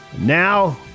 Now